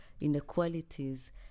inequalities